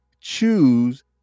choose